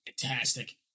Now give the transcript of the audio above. fantastic